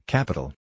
Capital